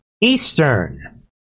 Eastern